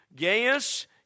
Gaius